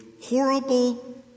horrible